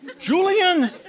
Julian